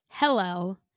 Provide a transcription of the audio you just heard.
Hello